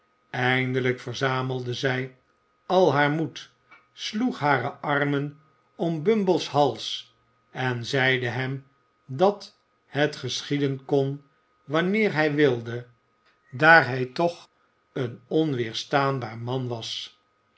eindelijk verzamelde zij al haar moed sloeg hare armen om bumble's hals en zeide hem dat het geschieden kon wanneer hij wilde daar hij toch een onweerstaanbaar man was